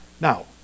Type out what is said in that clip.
Now